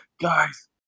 guys